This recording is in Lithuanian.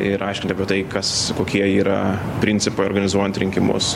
ir aiškinti apie tai kas kokie yra principai organizuojant rinkimus